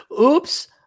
oops